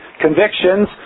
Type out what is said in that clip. Convictions